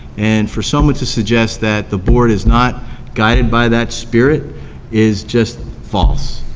and for someone to suggest that the board is not guided by that spirit is just false.